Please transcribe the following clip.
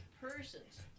persons